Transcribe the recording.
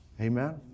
Amen